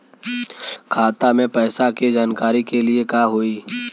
खाता मे पैसा के जानकारी के लिए का होई?